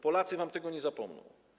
Polacy wam tego nie zapomną.